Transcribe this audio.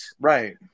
Right